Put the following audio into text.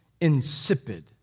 insipid